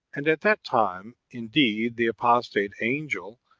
and at that time, indeed, the apostate angel,